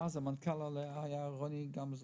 אז המנכ"ל היה רוני גמזו.